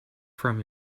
from